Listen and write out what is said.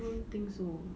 I don't think so